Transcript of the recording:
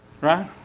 right